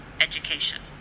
education